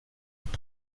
être